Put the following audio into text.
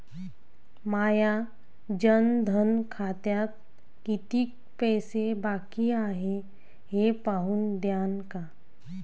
माया जनधन खात्यात कितीक पैसे बाकी हाय हे पाहून द्यान का?